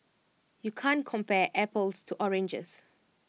you can't compare apples to oranges